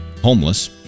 homeless